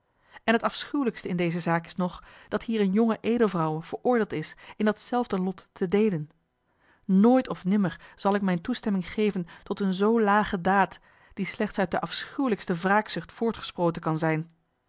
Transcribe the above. en het afschuwelijkste in deze zaak is nog dat hier eene jonge edelvrouwe veroordeeld is in datzelfde lof te deelen nooit of nimmer zal ik mijne toestemming geven tot eene zoo lage daad die slechts uit de afschuwelijkste wraakzucht voortgesproten kan zijn